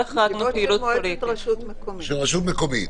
של רשות מקומית.